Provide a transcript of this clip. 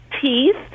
teeth